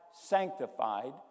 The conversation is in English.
sanctified